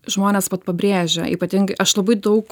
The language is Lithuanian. žmonės vat pabrėžia ypatingai aš labai daug